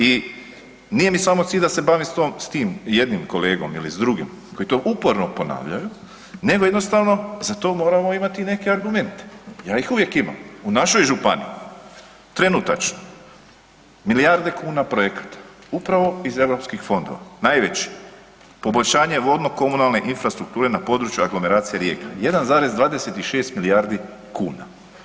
I nije mi samo cilj da se bavim s tim jednim kolegom ili s drugim koji to uporno ponavljaju, nego jednostavno za to moramo imati neke argumente, ja ih uvijek imam, u našoj županiji trenutačno milijarde kune projekata, upravo iz europskih fondova, najveći, poboljšanje vodno-komunalne infrastrukture na području aglomeracije Rijeka 1,26 milijardi kuna.